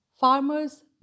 Farmers